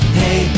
hey